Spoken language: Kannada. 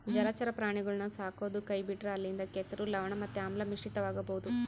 ಜಲಚರ ಪ್ರಾಣಿಗುಳ್ನ ಸಾಕದೊ ಕೈಬಿಟ್ರ ಅಲ್ಲಿಂದ ಕೆಸರು, ಲವಣ ಮತ್ತೆ ಆಮ್ಲ ಮಿಶ್ರಿತವಾಗಬೊದು